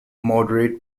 moderate